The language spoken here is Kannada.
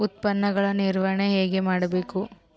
ಉತ್ಪನ್ನಗಳ ನಿರ್ವಹಣೆ ಹೇಗೆ ಮಾಡಬೇಕು?